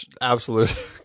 absolute